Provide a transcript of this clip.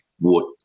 wood